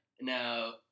Now